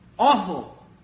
Awful